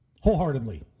wholeheartedly